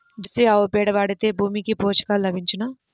Jersey ఆవు పేడ వాడితే భూమికి పోషకాలు లభించునా?